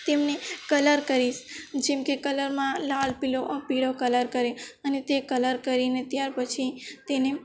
તેમને કલર કરીશ જેમકે કલરમાં લાલ પીલો પીળો કલર કરે અને તે કલર કરીને ત્યાર પછી તેને